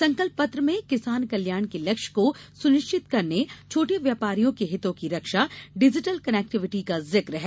संकल्प पत्र में किसान कल्याण के लक्ष्य को सुनिश्चित करने छोटे व्यापारियों के हितों की रक्षा डिजिटल कनेक्टिविटी का जिक है